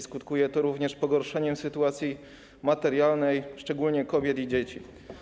Skutkuje to również pogorszeniem sytuacji materialnej, szczególnie kobiet i dzieci.